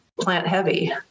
plant-heavy